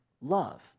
love